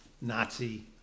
Nazi